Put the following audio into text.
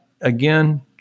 again